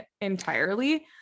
entirely